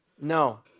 No